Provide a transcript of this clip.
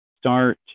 start